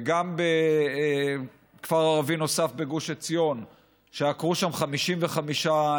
וגם בכפר ערבי נוסף בגוש עציון שעקרו שם 55 עצים.